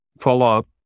follow-up